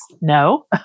No